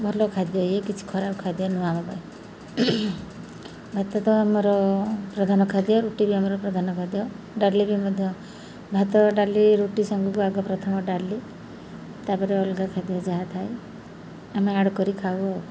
ଭଲ ଖାଦ୍ୟ ଇଏ କିଛି ଖରାପ ଖାଦ୍ୟ ନୁହ ଆମ ପାଇଁ ଭାତ ତ ଆମର ପ୍ରଧାନ ଖାଦ୍ୟ ରୁଟି ବି ଆମର ପ୍ରଧାନ ଖାଦ୍ୟ ଡାଲି ବି ମଧ୍ୟ ଭାତ ଡାଲି ରୁଟି ସାଙ୍ଗକୁ ଆଗ ପ୍ରଥମ ଡାଲି ତା'ପରେ ଅଲଗା ଖାଦ୍ୟ ଯାହା ଥାଏ ଆମେ ଆଡ଼୍ କରି ଖାଉ ଆଉ